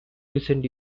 recent